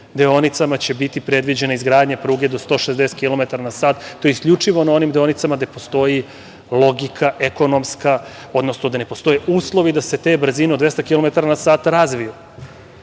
deonicama biti predviđena izgradnja pruge do 160 kilometara na sat. To je isključivo na onim deonicama gde postoji logika ekonomska, odnosno gde ne postoje uslovi da se te brzine od 200 kilometara na sat razviju.